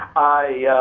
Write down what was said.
i,